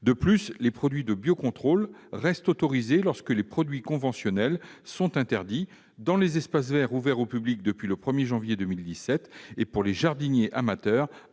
De plus, les produits de biocontrôle restent autorisés lorsque les produits conventionnels sont interdits, que ce soit dans les espaces verts ouverts au public, depuis le 1 janvier 2017, ou pour les jardiniers amateurs,